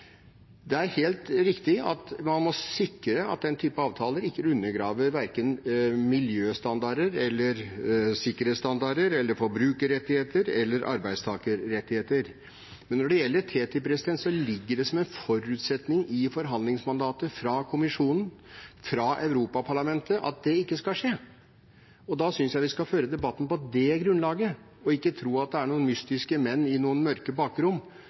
Det er helt riktig at man må sikre at den type avtaler ikke undergraver verken miljøstandarder eller sikkerhetsstandarder, forbrukerrettigheter eller arbeidstakerrettigheter. Men når det gjelder TTIP, ligger det som en forutsetning i forhandlingsmandatet fra kommisjonen, fra Europaparlamentet, at det ikke skal skje. Da synes jeg vi skal føre debatten på det grunnlaget, og ikke tro at det er noen mystiske menn i noen mørke bakrom